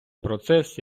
процес